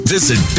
Visit